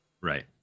right